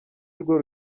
rwo